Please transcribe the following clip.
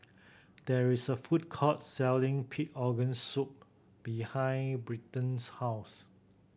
there is a food court selling pig organ soup behind Britton's house